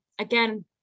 again